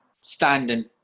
standing